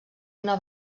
una